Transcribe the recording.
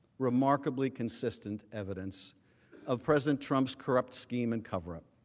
remarkably consistent evidence of president trump's corrupt scheme and cover-up.